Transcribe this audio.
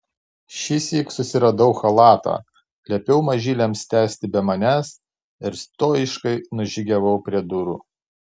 šįsyk susiradau chalatą liepiau mažyliams tęsti be manęs ir stojiškai nužygiavau prie durų